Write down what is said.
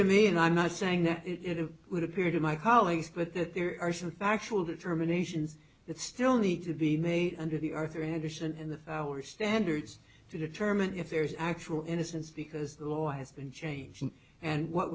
to me and i'm not saying that it would appear to my colleagues but that there are some factual determinations that still need to be made under the arthur andersen and our standards to determine if there is actual innocence because the law has been changing and what